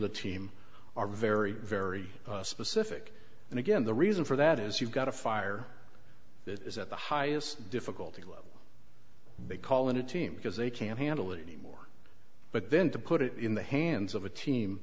the team are very very specific and again the reason for that is you've got a fire that is at the highest difficulty level they call in a team because they can't handle it anymore but then to put it in the hands of a team